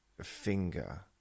finger